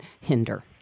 hinder